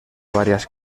varias